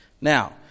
Now